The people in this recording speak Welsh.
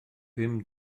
pum